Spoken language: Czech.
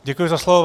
Děkuji za slovo.